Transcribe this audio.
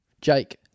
Jake